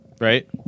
Right